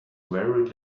very